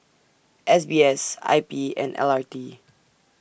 S B S I P and L R T